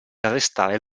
arrestare